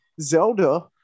Zelda